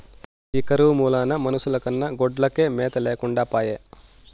ఈ కరువు మూలాన మనుషుల కన్నా గొడ్లకే మేత లేకుండా పాయె